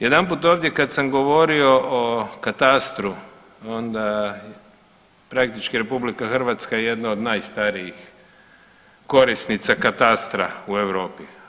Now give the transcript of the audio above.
Jedanput ovdje kad sam govorio o katastru onda praktički RH je jedna od najstarijih korisnica katastra u Europi.